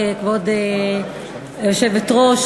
כבוד היושבת-ראש,